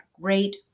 great